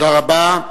תודה רבה.